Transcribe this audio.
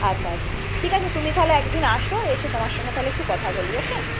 আচ্ছা আচ্ছা ঠিক আছে তুমি তাহলে এক দিন এসো এসে তোমার সঙ্গে তাহলে একটু কথা বলি ও কে